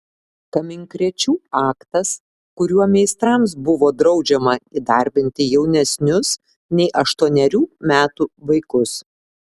kaminkrėčių aktas kuriuo meistrams buvo draudžiama įdarbinti jaunesnius nei aštuonerių metų vaikus